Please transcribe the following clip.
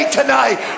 tonight